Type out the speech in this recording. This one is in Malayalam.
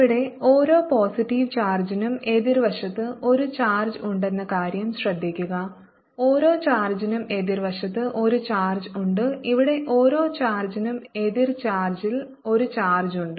ഇവിടെ ഓരോ പോസിറ്റീവ് ചാർജിനും എതിർവശത്ത് ഒരു ചാർജ് ഉണ്ടെന്ന കാര്യം ശ്രദ്ധിക്കുക ഓരോ ചാർജിനും എതിർവശത്ത് ഒരു ചാർജ് ഉണ്ട് ഇവിടെ ഓരോ ചാർജിനും എതിർ ചാർജിൽ ഒരു ചാർജ് ഉണ്ട്